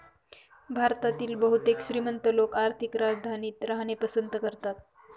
भारतातील बहुतेक श्रीमंत लोक आर्थिक राजधानीत राहणे पसंत करतात